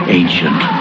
ancient